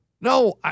No